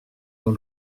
dans